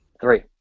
Three